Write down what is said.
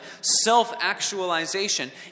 self-actualization